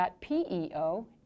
PEO